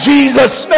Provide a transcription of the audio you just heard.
Jesus